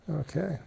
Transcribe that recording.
Okay